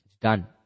Done